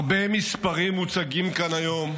הרבה מספרים מוצגים כאן היום,